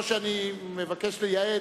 לא שאני מבקש לייעד,